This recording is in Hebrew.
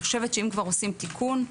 אם כבר עושים תיקון,